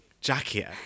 jacket